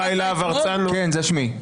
כן, זה שמי.